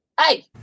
hey